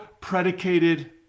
predicated